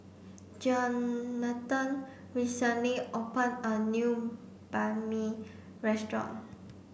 Johnathan recently open a new Banh Mi restaurant